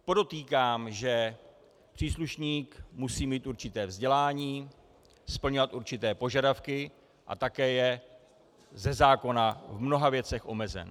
Podotýkám, že příslušník musí mít určité vzdělání, splňovat určité požadavky a také je ze zákona v mnoha věcech omezen.